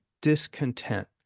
discontent